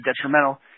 detrimental